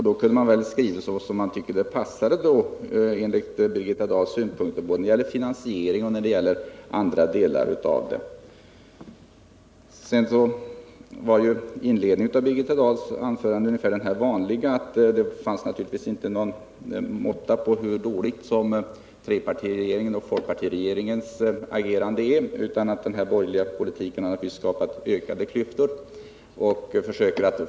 Då kunde de väl ha skrivit som det passade deras synpunkter bl.a. i fråga om finansiering etc. I inledningen av sitt anförande kom Birgitta Dahl med det vanliga: Det var ingen måtta på trepartiregeringens och folkpartiregeringens dåliga agerande, den borgerliga politiken hade skapat ökade klyftor i samhället.